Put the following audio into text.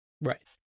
right